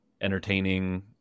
entertaining